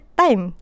time